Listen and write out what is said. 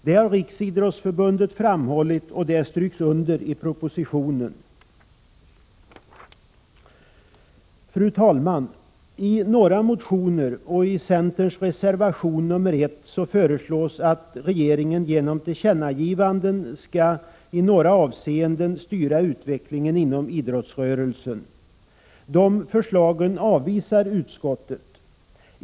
Detta har Riksidrottsförbundet framhållit, och det stryks under i propositionen. Fru talman! I några motioner och i centerns reservation nr 1 föreslås att riksdagen genom tillkännagivande till regeringen i några avseenden skall styra utvecklingen inom idrottsrörelsen. De förslagen avvisar utskottet.